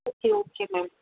okay okay ma'am